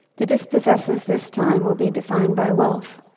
the dispossessors this time will be defined by wealth,